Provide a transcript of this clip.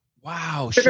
wow